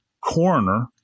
coroner